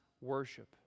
worship